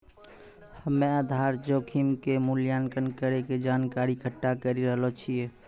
हम्मेआधार जोखिम के मूल्यांकन करै के जानकारी इकट्ठा करी रहलो छिऐ